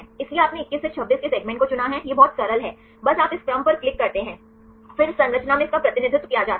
इसलिए आपने 21 से 26 के सेगमेंट को चुना है यह बहुत सरल है बस आप इस क्रम पर क्लिक करते हैं फिर संरचना में इसका प्रतिनिधित्व किया जाता है